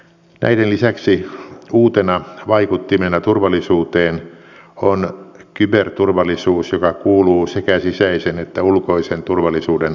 näiden lisäksi uutena vaikuttimena turvallisuuteen on kyberturvallisuus joka kuuluu sekä sisäisen että ulkoisen turvallisuuden alaan